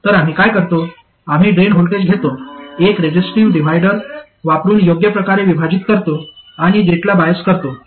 तर आम्ही काय करतो आम्ही ड्रेन व्होल्टेज घेतो एक रेजिस्टिव्ह डिव्हिडर वापरुन योग्य प्रकारे विभाजित करतो आणि गेटला बायस करतो